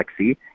flexi